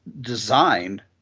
designed